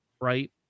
right